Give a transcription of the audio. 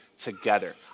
together